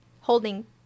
holding